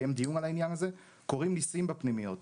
קורים ניסים בפנימיות.